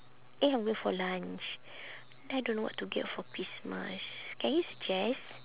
eh I'm going for lunch then I don't know what to get for christmas can you suggest